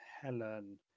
helen